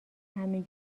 همین